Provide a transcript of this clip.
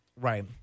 Right